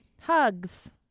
Hugs